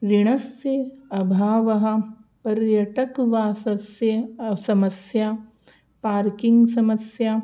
ऋणस्य अभावः पर्यटकवासस्य समस्या पार्किङ्ग् समस्या